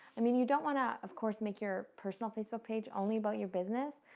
i mean you don't want to, of course, make your personal facebook page only about your business,